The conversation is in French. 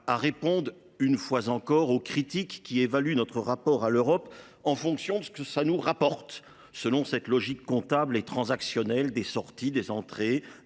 de répondre, une fois encore, aux critiques de ceux qui évaluent notre rapport à l’Europe en fonction de ce que cela nous rapporte, selon une logique comptable et transactionnelle fondée sur des sorties et des entrées,